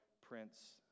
Prince